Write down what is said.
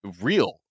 real